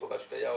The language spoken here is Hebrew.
בהשקיה,